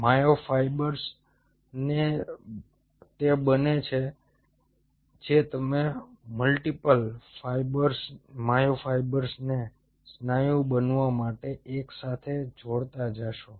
માયોફાઇબરસ તે બને છે જે તમે મલ્ટીપલ માયોફાઇબરસને સ્નાયુ બનવા માટે એકસાથે જોડતા જોશો